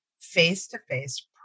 face-to-face